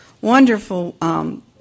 wonderful